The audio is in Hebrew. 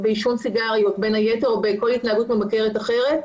סיגריות בין היתר או בכל התנהלות ממכרת אחרת.